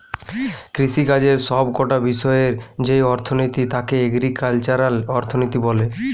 কৃষিকাজের সব কটা বিষয়ের যেই অর্থনীতি তাকে এগ্রিকালচারাল অর্থনীতি বলে